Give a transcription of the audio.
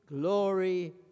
glory